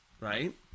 right